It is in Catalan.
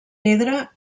pedra